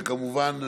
כמובן,